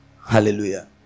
Hallelujah